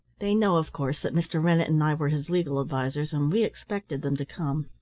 they know, of course, that mr. rennett and i were his legal advisers, and we expected them to come.